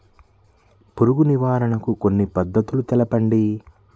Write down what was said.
పురుగు నివారణకు కొన్ని పద్ధతులు తెలుపండి?